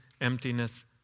emptiness